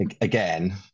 again